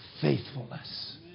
faithfulness